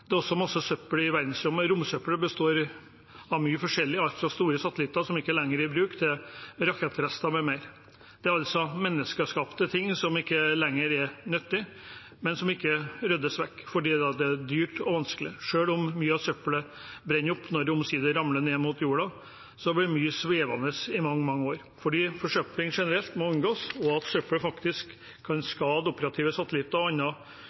Det er også masse søppel i verdensrommet. Romsøppelet består av mye forskjellig, alt fra store satellitter som ikke lenger er i bruk, til rakettrester med mer. Det er altså menneskeskapte ting som ikke lenger er nyttig, men som ikke ryddes vekk, fordi det er dyrt og vanskelig. Selv om mye av søppelet brenner opp når det omsider ramler ned mot jorden, blir mye svevende i mange, mange år. Fordi forsøpling generelt må unngås og fordi søppelet faktisk kan skade operative satellitter og